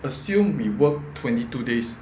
assume we work twenty two days